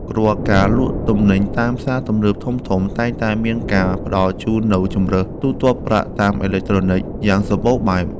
រាល់ការលក់ទំនិញតាមផ្សារទំនើបធំៗតែងតែមានការផ្តល់ជូននូវជម្រើសទូទាត់ប្រាក់តាមអេឡិចត្រូនិកយ៉ាងសម្បូរបែប។